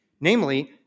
namely